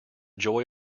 joy